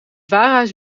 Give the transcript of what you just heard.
warenhuis